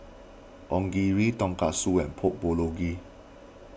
Onigiri Tonkatsu and Pork Bulgogi